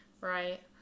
Right